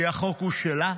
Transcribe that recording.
כי החוק הוא שלה.